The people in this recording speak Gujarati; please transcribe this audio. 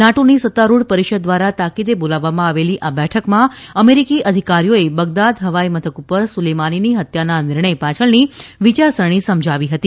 નાટોની સત્તારૂઢ પરિષદ દ્વારા તાકીદે બોલાવવામાં આવેલી આ બેઠકમાં અમેરિકી અધિકારીઓએ બગદાદ હવાઇ મથક પર સુલેમાનીની હત્યાના નિર્ણય પાછળની વિયારસરણી સમજાવી હતી